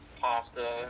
pasta